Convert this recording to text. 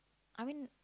I mean